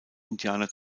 indianer